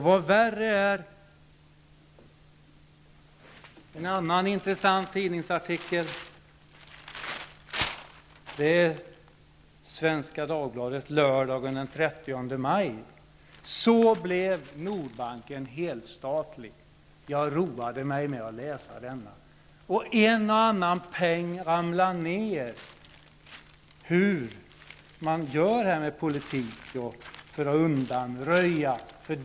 Vad värre är kan man läsa om i en annan intressant tidningsartikel i Svenska Dagbladet från lördagen den 30 maj: ''Så blev Nordbanken helstatlig''. Jag roade mig med att läsa den. En och annan peng ramlade då ner, och jag förstod hur man gör inom politiken för att undanröja saker och ting.